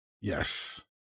Yes